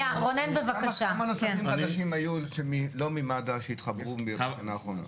כמה אנשים שלא ממד"א שהתחברו בשנה האחרונה?